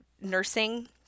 nursing